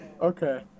okay